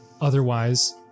Otherwise